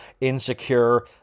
Insecure